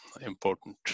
important